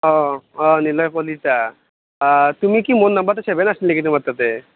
অঁ অঁ নিলয় কলিতা তুমি কি মোৰ নাম্বাৰটো ছেভেই নাছিল নেকি তোমাৰ তাতে